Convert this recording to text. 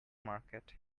market